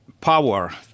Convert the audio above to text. power